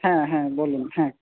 হ্যাঁ হ্যাঁ বলুন হ্যাঁ